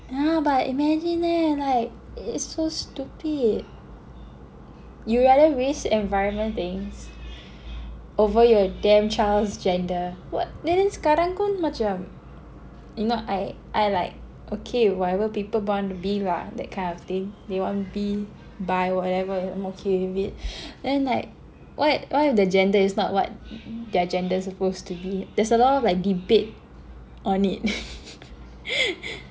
yeah but imagine leh like it's so stupid you'd rather waste environment things over your damn child's gender what then sekarang pun macam you know I I like okay whatever people born to be lah that kind of thing they wanna be bi whatever I'm okay with it then like what what if the gender is not what their gender is supposed to be there's a lot of like debate on it